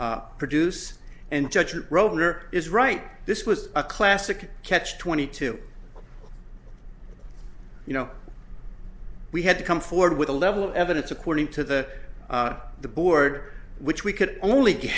not produce and judge or broken or is right this was a classic catch twenty two you know we had to come forward with a level of evidence according to the the board which we could only